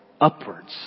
upwards